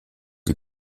die